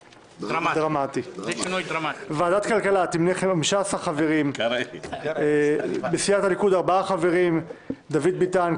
ועדת הכלכלה תמנה 15 חברים: סיעת הליכוד ארבעה חברים: דוד ביטן,